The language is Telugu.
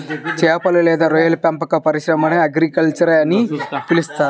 చేపలు లేదా రొయ్యల పెంపక పరిశ్రమని ఆక్వాకల్చర్ అని పిలుస్తారు